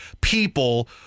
people